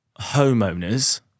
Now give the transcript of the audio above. homeowners